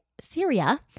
Syria